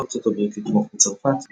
בחרה ארצות הברית לתמוך בצרפת,